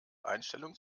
einstellung